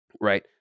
Right